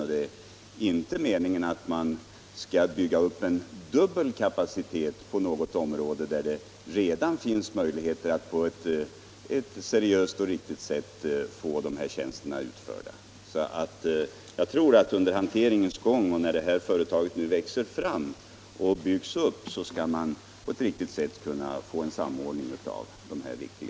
Det är inte meningen att man skall bygga upp en dubbelkapacitet där det redan finns möjligheter att få de tjänster det gäller utförda på ett riktigt sätt, och där man kan få till stånd en riktig samordning.